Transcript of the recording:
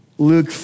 Luke